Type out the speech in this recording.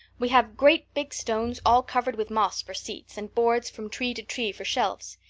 we have great big stones, all covered with moss, for seats, and boards from tree to tree for shelves.